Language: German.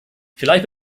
vielleicht